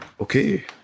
Okay